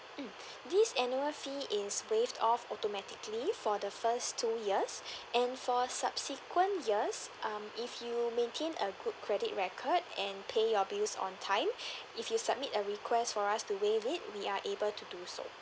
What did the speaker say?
mm this annual fee is waived off automatically for the first two years and for subsequent years um if you maintain a good credit record and pay your bills on time if you submit a request for us to waive it we are able to do so